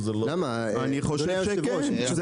אני חושב שכן.